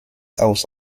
aus